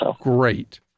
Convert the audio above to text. great